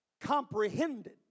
comprehended